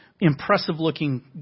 impressive-looking